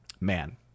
Man